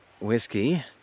whiskey